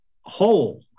whole